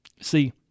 See